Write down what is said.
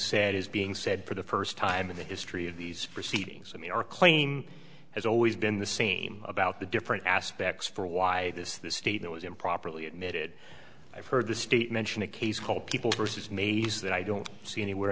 said is being said for the first time in the history of these proceedings i mean our claim has always been the same about the different aspects for why this the state was improperly admitted i've heard the state mentioned a case called people versus maids that i don't see anywhere